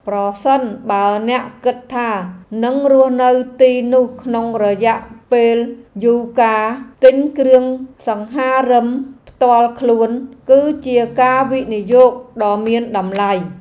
ប្រសិនបើអ្នកគិតថានឹងរស់នៅទីនោះក្នុងរយៈពេលយូរការទិញគ្រឿងសង្ហារិមផ្ទាល់ខ្លួនគឺជាការវិនិយោគដ៏មានតម្លៃ។